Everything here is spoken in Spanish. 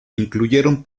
incluyeron